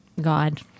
God